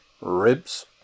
Ribs